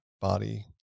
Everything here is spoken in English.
body